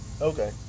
Okay